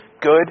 good